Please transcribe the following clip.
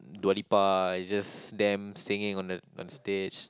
Dua Lipa just them singing on the on stage